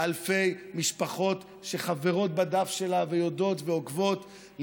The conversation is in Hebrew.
אלפי משפחות שחברות בדף שלה ויודעות ועוקבות,